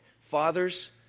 Fathers